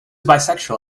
bisexual